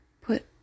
put